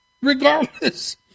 Regardless